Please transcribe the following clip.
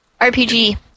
RPG